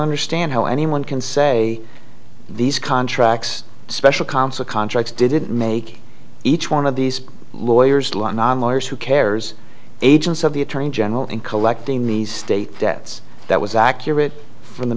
understand how anyone can say these contracts special counsel contracts didn't make each one of these lawyers like non lawyers who cares agents of the attorney general in collecting these state debts that was accurate from the